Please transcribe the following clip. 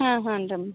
ಹಾಂ ಹಾನ್ ರೀ